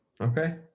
Okay